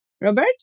Robert